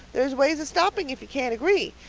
there's ways of stopping if you can't agree.